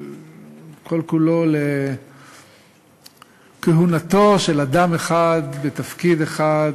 כל-כולו בכהונתו של אדם אחד בתפקיד אחד